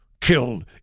killed